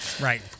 Right